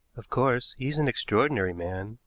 of course, he is an extraordinary man,